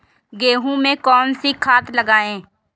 गेहूँ में कौनसी खाद लगाएँ?